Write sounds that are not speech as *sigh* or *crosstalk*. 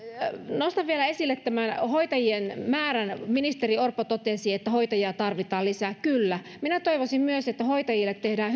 nostan vielä esille hoitajien määrän ministeri orpo totesi että hoitajia tarvitaan lisää kyllä minä toivoisin myös että hoitajille tehdään *unintelligible*